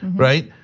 right?